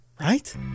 Right